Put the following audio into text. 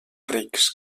rics